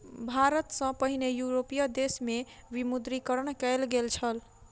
भारत सॅ पहिने यूरोपीय देश में विमुद्रीकरण कयल गेल छल